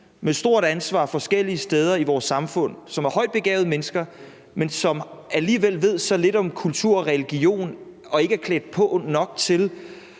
et stort ansvar forskellige steder i vores samfund, som er et højtbegavede mennesker, men som alligevel ved så lidt om kultur og religion, at de ikke er klædt godt nok på